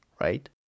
right